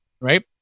right